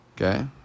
Okay